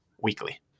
weekly